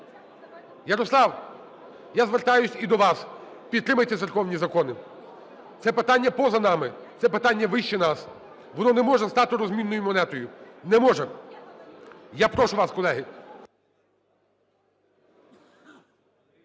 Ярослав, я звертаюся і до вас: підтримайте церковні закони. Це питання поза нами, це питання вище нас, воно не може стати розмінною монетою, не може. Я прошу вас, колеги!